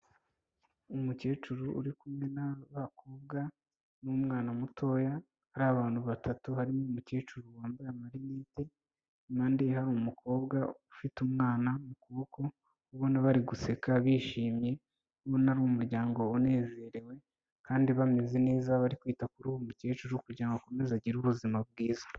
Umukecuru uri kumwe n'abakobwa n'umwana mutoya. Ari abantu batatu harimo umukecuru wambaye amarinete. Impande ye hari umukobwa ufite umwana mu kuboko. Ubona bariguseka bishimye. Ubona ari umuryango unezerewe kandi bameze neza barikwita kuri uwo mukecuru kugira ngo akomeze agire ubuzima bwiza.